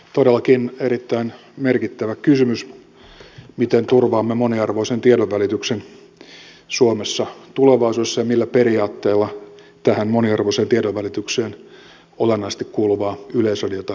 todellakin erittäin merkittävä kysymys miten turvaamme moniarvoisen tiedonvälityksen suomessa tulevaisuudessa ja millä periaatteella tähän moniarvoiseen tiedonvälitykseen olennaisesti kuuluvaa yleisradiota hallitaan